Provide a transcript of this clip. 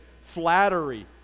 flattery